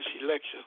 election